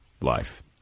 life